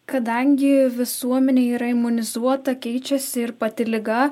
kadangi visuomenė yra imunizuota keičiasi ir pati liga